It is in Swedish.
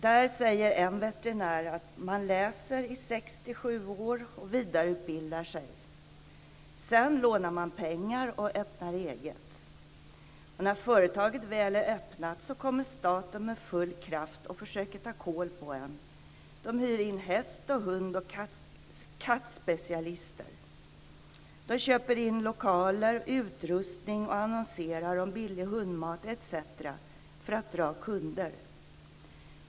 Där säger en veterinär: Man läser sex-sju år och vidareutbildar sig. Sedan lånar man pengar och öppnar eget. Och när företaget väl är startat kommer staten med full kraft och försöker ta kål på en. De hyr in häst-, hund och kattspecialister. De köper in lokaler, utrustning och annonserar om billig hundmat etc. för att dra kunder.